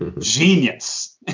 genius